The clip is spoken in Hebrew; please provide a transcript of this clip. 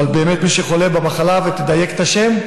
אבל באמת, מי שחולה במחלה, ותדייק את השם.